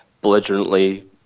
belligerently